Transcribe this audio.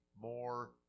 more